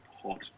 Hot